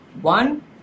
One